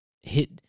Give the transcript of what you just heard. hit